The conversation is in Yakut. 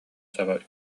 саба